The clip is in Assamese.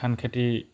ধানখেতি